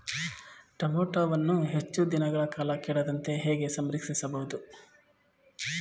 ಟೋಮ್ಯಾಟೋವನ್ನು ಹೆಚ್ಚು ದಿನಗಳ ಕಾಲ ಕೆಡದಂತೆ ಹೇಗೆ ಸಂರಕ್ಷಿಸಬಹುದು?